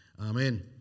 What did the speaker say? Amen